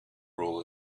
rule